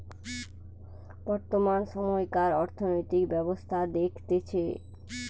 বর্তমান সময়কার অর্থনৈতিক ব্যবস্থা দেখতেছে